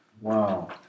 Wow